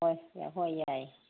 ꯍꯣꯏ ꯍꯣꯏ ꯌꯥꯏ